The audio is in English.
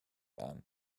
ann